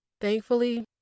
Thankfully